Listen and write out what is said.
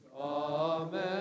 amen